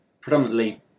predominantly